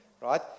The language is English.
right